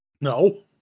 No